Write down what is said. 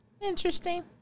Interesting